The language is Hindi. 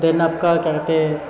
देन आपका क्या कहते